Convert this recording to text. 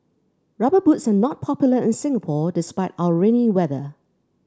rubber boots are not popular in Singapore despite our rainy weather